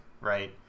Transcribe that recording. right